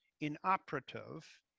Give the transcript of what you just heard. inoperative